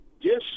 Yes